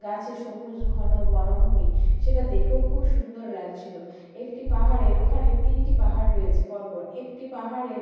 গাছে সবুজ ঘন বনভূমি সেটা দেখেও খুব সুন্দর লাগছিলো একটি পাহাড়ের ওখানে তিনটি পাহাড় রয়েছে পরপর একটি পাহাড়ের